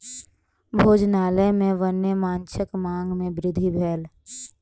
भोजनालय में वन्य माँछक मांग में वृद्धि भेल